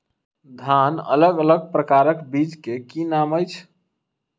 धान अलग अलग प्रकारक बीज केँ की नाम अछि?